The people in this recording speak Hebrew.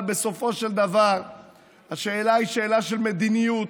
אבל בסופו של דבר השאלה היא שאלה של מדיניות,